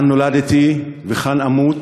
כאן נולדתי וכאן אמות,